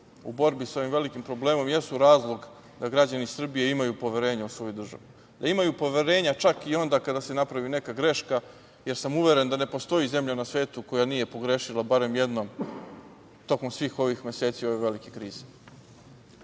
u borbi sa ovim velikim problemom jesu razlog da građani Srbije imaju poverenja u svoju državu, da imaju poverenja čak i onda kada se napravi neka greška, jer sam uveren da ne postoji zemlja na svetu koja nije pogrešila barem jednom tokom svih ovih meseci ove velike krize. Kada